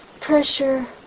pressure